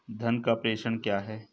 धन का प्रेषण क्या है?